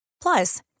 Plus